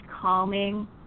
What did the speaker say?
calming